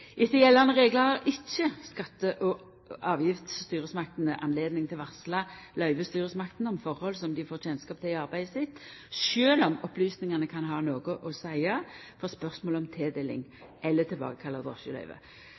Etter gjeldande reglar har ikkje skatte- og avgiftsstyresmaktene høve til å varsla løyvestyresmaktene om forhold som dei får kjennskap til i arbeidet sitt, sjølv om opplysningane kan ha noko å seia for spørsmålet om